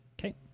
Okay